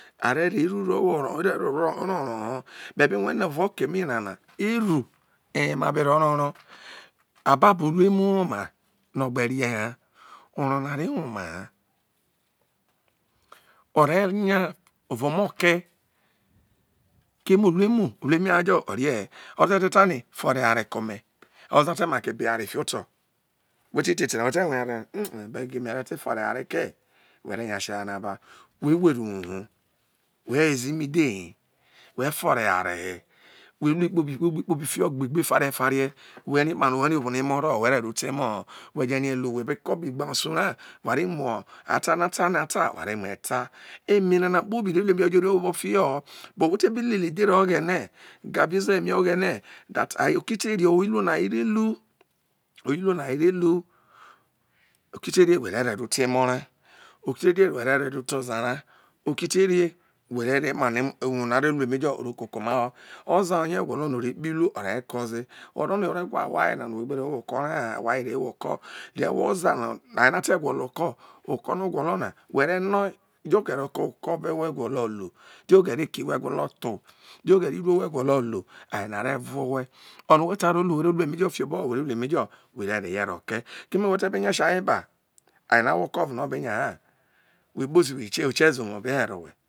a rẹ re eru ro wo oro rẹ ro ro ro orọ họ mẹ be no eva oke mi nana, eru oye ma be ro ro oro ababo uru ha orọ na o re wo ma ha o re, nya evo omo ke keme urue mu u lu eme ha jọ oriehẹ oza te ta no fọrọ eware komẹ ọza ọ tẹ make ba eware fihọtọ who te te ete na wo te wen eware na abegi mẹ rẹ ta fọrọ eware ke̱ wẹ renyasi eware na ba whe were uwoho whe weze imi dhe he wẹ fọrọ eware he whẹ lu egbe kpobi fiho gbe gbe farie̱ farie obono emọ ro ho wẹ rẹ ro te emọ họ wẹ jẹ riẹ lu wẹ be kọ bru igbensu ra wa re muọ atano atanọ a̱ta wha re muho eta eme nana kpobi are lu emejo i re wo obo fi họ họ but who te bi lele edhere oghenẹ gaviezo ẹme oghene that tai oke ti rie owo iruo no. Aye ore ru owo iruo no aye ore ru oke ote rie wọ re re ro te emọ ra oke te tě ne wo re̱ re ro to oza ra oke te rie wo re ekpano uwo na ro emejọ ro koko omaho oza ye ogwolọ nọ o re kpi iruo ọ rẹ ye. Kọ ze orono ọre waha o whe aye na no who gbe ro wo okọ raha whe aye na who re wo okọ yọ ru oza na no aye ra ọ gwọlọ okọ oko nọ ọ gwọlọ na whọ rẹ noi di ogere okọ whọ gwolo lu dio oghe̱re̱ eki whọ gwolo tho diọ oghere iruo whọ gwolo ru aye na ọ re vuọ ow hẹ onọ whẹ ta ro ru ro ru emejo fi obọho who re ru emejo re yẹ ro ke̱i keme whọ te̱ be nya si aye ba aye ra owo oko ovo nọ ọ be nya ha whe kpozi okieze uwo o̱ be he̱re̱ owhẹ